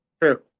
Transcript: True